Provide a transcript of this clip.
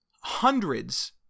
hundreds